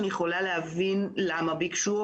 אני יכולה להבין למה ביקשו,